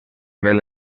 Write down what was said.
ven